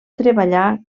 treballar